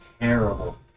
terrible